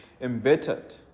embittered